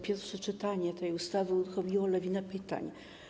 Pierwsze czytanie tej ustawy uruchomiło lawinę pytań.